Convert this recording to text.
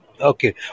Okay